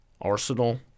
Arsenal